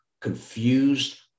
confused